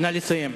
נא לסיים.